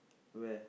where